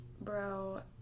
Bro